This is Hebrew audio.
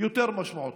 יותר משמעותיים.